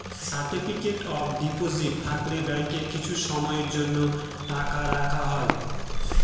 certificate of deposit থাকলে ব্যাঙ্কে কিছু সময়ের জন্য টাকা রাখা হয়